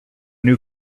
new